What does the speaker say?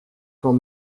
quand